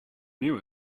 knew